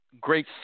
great